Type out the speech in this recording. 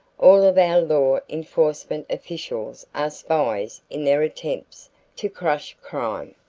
all of our law-enforcement officials are spies in their attempts to crush crime.